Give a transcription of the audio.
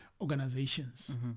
organizations